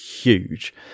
huge